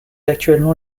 actuellement